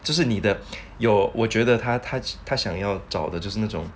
这是你的有我觉得他他他想要找的就是那种